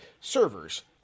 servers